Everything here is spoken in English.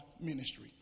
ministry